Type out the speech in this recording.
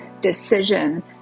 decision